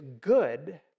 good